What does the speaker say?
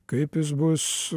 kaip jis bus